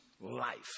life